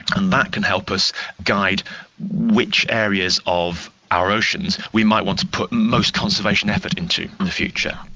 and that can help us guide which areas of our oceans we might want to put most conservation effort into in the future.